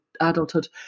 adulthood